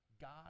God